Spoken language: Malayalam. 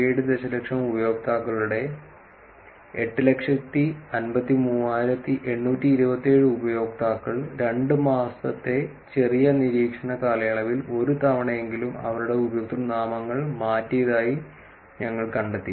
7 ദശലക്ഷം ഉപയോക്താക്കളുടെ 853827 ഉപയോക്താക്കൾ 2 മാസത്തെ ചെറിയ നിരീക്ഷണ കാലയളവിൽ ഒരു തവണയെങ്കിലും അവരുടെ ഉപയോക്തൃനാമങ്ങൾ മാറ്റിയതായി ഞങ്ങൾ കണ്ടെത്തി